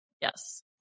Yes